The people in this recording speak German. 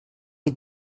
wir